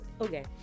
Okay